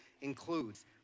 includes